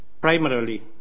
primarily